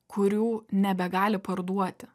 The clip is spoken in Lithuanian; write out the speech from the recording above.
kurių nebegali parduoti